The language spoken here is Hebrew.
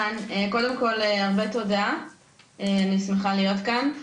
אני שמחה להיות כאן.